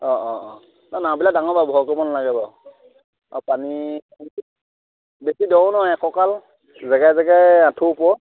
অঁ অঁ অঁ নাওবিলাক ডাঙৰ বাৰু ভয় কৰিব নালাগে বাৰু আৰু পানী বেছি দ ও নহয় এককাল জেগাই জেগাই আঠু ওপৰ